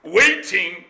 waiting